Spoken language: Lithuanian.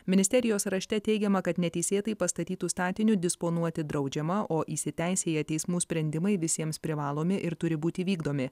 ministerijos rašte teigiama kad neteisėtai pastatytu statiniu disponuoti draudžiama o įsiteisėję teismų sprendimai visiems privalomi ir turi būti vykdomi